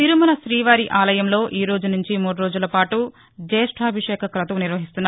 తిరుమల రీవారి ఆలయంలో ఈరోజు నుంచి మూడు రోజుల పాటు జ్యేష్యాభిషేక కతువు నిర్వహిస్తున్నారు